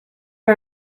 are